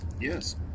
Yes